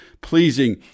pleasing